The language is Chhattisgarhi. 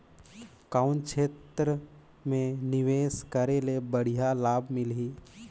कौन क्षेत्र मे निवेश करे ले बढ़िया लाभ मिलही?